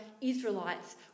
Israelites